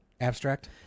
abstract